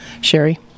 Sherry